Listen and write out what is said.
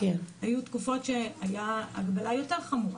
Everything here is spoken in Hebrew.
והיו תקופות שהייתה הגבלה יותר חמורה,